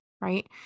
Right